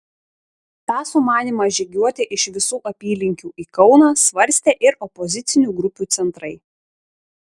tą sumanymą žygiuoti iš visų apylinkių į kauną svarstė ir opozicinių grupių centrai